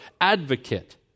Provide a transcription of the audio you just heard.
advocate